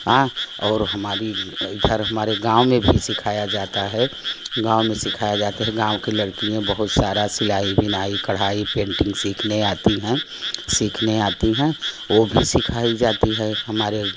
और हमारी इधर हमारे गाँव में भी सिखाया जाता है गाँव में सिखाया जाता है गाँव की लडकियां बहुत सारा सिलाई बिनाई कढ़ाई पेंटिंग सीखने आती हैं सीखने आती हैं वो भी सिखाई जाती है हमारे